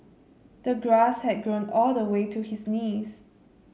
the grass had grown all the way to his knees